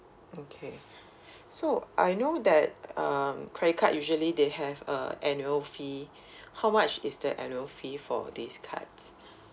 okay so I know that um credit card usually they have a annual fee how much is the annual fee for these cards